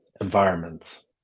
environments